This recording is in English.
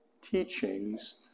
teachings